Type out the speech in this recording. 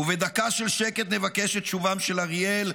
ובדקה של שקט נבקש את שובם של אריאל,